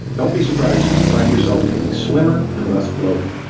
don't be surprised if you find yourself feeling slimmer and less bloated.